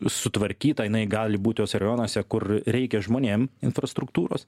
sutvarkyta jinai gali būti tuose rajonuose kur reikia žmonėm infrastruktūros